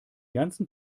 ganzen